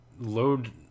load